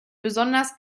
besonders